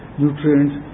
nutrients